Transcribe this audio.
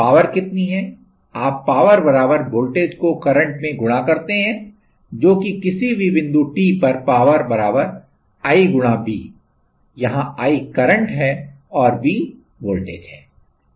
power कितनी है आप पावर वोल्टेज को करंट में गुणा करते है जो कि किसी भी बिंदु t पर पावर i V यहां i करंट है और V वोल्टेज है